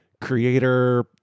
creator